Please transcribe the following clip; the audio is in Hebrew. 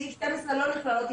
בסעיף 12 לא נכללות תפרחות,